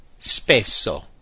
Spesso